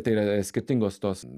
tai yra skirtingos tos